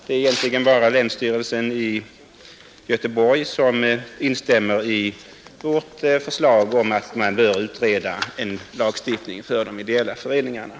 Det är egentligen bara länsstyrelsen i Göteborg som har instämt i vårt förslag att utreda frågan om lagstiftning för de ideella föreningarna.